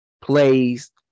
plays